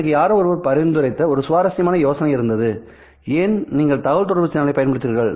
எனக்கு யாரோ ஒருவர் பரிந்துரைத்த ஒரு சுவாரஸ்யமான யோசனை இருந்ததுஏன் நீங்கள் தகவல் தொடர்பு சேனலை பயன்படுத்துகிறீர்கள்